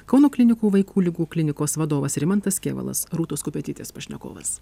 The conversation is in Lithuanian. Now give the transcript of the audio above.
kauno klinikų vaikų ligų klinikos vadovas rimantas kėvalas rūtos kupetytės pašnekovas